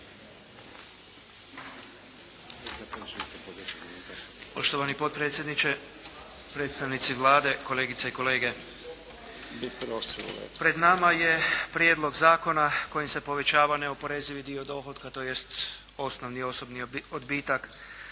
Poštovani potpredsjedniče, predstavnici Vlade, kolegice i kolege. Pred nama je prijedlog zakona kojim se povećava neoporezivi dio dohotka, tj. osnovni osobni odbitak